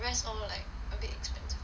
the rest all like a bit expensive